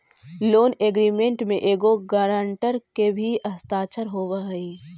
loan agreement में एगो guarantor के भी हस्ताक्षर होवऽ हई